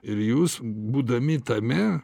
ir jūs būdami tame